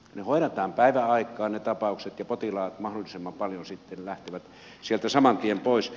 tapaukset hoidetaan päiväaikaan ja potilaat mahdollisimman paljon sitten lähtevät sieltä saman tien pois